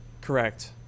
correct